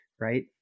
right